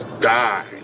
Die